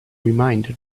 reminder